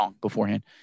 beforehand